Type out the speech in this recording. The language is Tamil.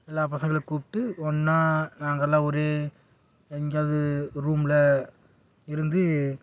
எல்லா பசங்களையும் கூப்பிட்டு ஒன்றா நாங்களெலாம் ஒரே எங்கேயாவது ரூமில் இருந்து